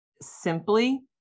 simply